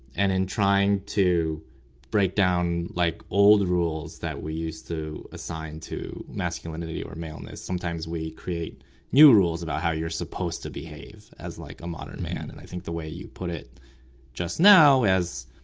and in trying to break down like old rules that we used to assign to masculinity or maleness, sometimes we create new rules about how you're supposed to behave as like a modern man. and i think the way you put it just now, as